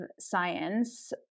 science